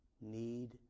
need